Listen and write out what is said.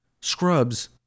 scrubs